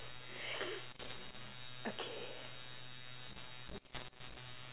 okay